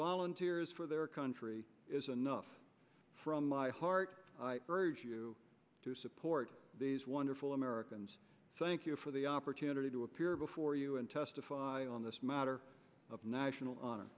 volunteers for their country is enough from my heart i urge you to support these wonderful americans thank you for the opportunity to appear before you and testify on this matter of national honor